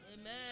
Amen